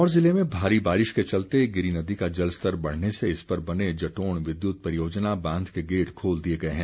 सिरमौर जिले में भारी बारिश के चलते गिरी नदी का जल स्तर बढ़ने से इस पर बने जटोण विद्युत परियोजना बांध के गेट खोल दिये गये हैं